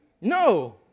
No